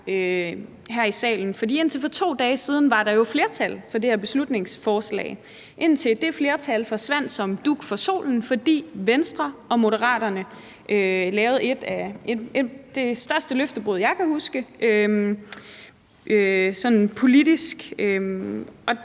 her i salen. For indtil for 2 dage siden var der jo flertal for det her beslutningsforslag, da det flertal forsvandt som dug for solen, fordi Venstre og Moderaterne lavede det rent politisk største løftebrud, jeg kan huske. Og derfor